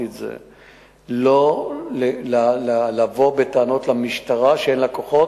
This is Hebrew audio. לא לבוא בטענות למשטרה שאין לה כוחות.